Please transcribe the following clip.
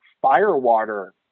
firewater